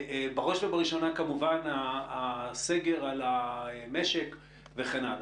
בראש ובראשונה כמובן הסגר על המשק וכן הלאה.